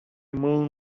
moon